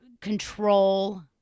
control